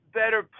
better